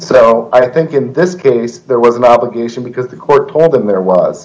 so i think in this case there was an obligation because the court told them there w